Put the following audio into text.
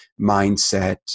mindset